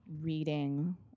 reading